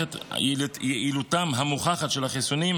יעילותם המוכחת של החיסונים,